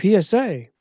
PSA